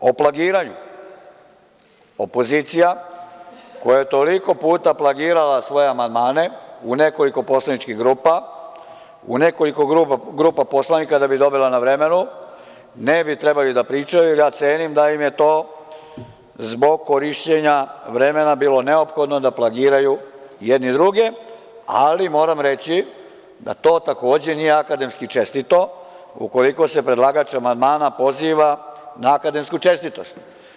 O plagiranju, opozicija koja je toliko puta plagirala svoje amandmane u nekoliko poslaničkih grupa, u nekoliko grupa poslanika da bi dobila na vremenu, ne bi trebalo da pričaju i ja cenim da im je to zbog korišćenja vremena da plagiraju jedne i druge, ali moram reći da to takođe nije akademski čestito, ukoliko se predlagač amandmana poziva na akademsku čestitost.